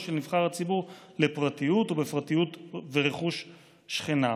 של נבחר הציבור לפרטיות ובפרטיות ורכוש שכניו.